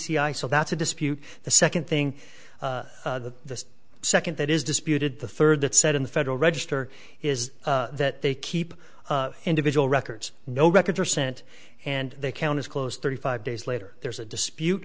so that's a dispute the second thing the second that is disputed the third that said in the federal register is that they keep individual records no records are sent and they count as close thirty five days later there's a dispute